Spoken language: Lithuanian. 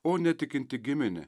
o netikinti gimine